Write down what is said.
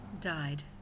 died